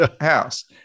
house